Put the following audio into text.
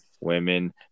women